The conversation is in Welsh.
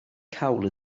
cawl